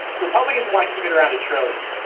republicans want to keep it around a trillion.